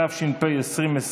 התשפ"א 2020,